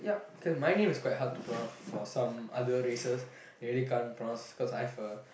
ya cause my name is quite hard to pronounce for some other races maybe can't pronounce because I have a